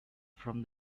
from